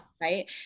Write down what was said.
Right